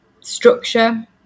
structure